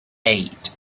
eight